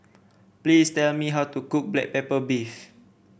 please tell me how to cook Black Pepper Beef